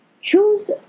choose